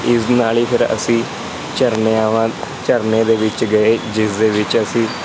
ਇਸ ਨਾਲ ਹੀ ਫਿਰ ਅਸੀਂ ਝਰਨੇ ਆਵਾ ਝਰਨੇ ਦੇ ਵਿੱਚ ਗਏ ਜਿਸ ਦੇ ਵਿੱਚ ਅਸੀਂ